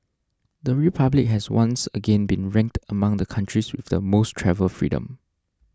the Republic has once again been ranked among the countries with the most travel freedom